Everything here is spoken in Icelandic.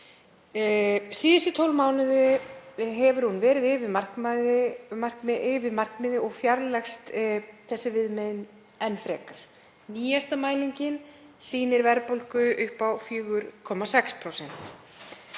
Síðustu 12 mánuði hefur hún verið yfir markmiði og fjarlægst þessi viðmið enn frekar. Nýjasta mælingin sýnir verðbólgu upp á 4,6%.